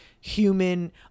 human